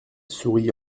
sourit